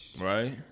right